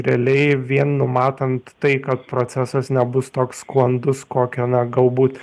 realiai vien numatant tai kad procesas nebus toks sklandus kokio na galbūt